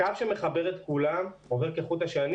הקו שמחבר את כולם ועובר כחוט השני,